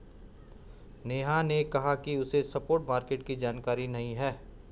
नेहा ने कहा कि उसे स्पॉट मार्केट की जानकारी नहीं है